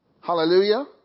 Hallelujah